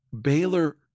Baylor